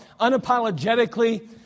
unapologetically